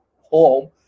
home